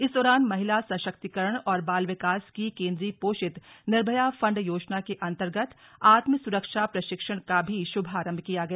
इस दौरान महिला सशक्तिकरण एवं बाल विकास की केन्द्र पोषित निर्भया फण्ड योजना के अन्तर्गत आत्म सुरक्षा प्रशिक्षण का भी शुभारम्भ किया गया